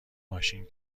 ماشین